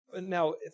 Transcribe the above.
Now